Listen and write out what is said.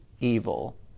evil